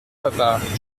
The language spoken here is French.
papa